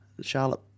Charlotte